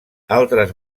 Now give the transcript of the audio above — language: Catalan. altres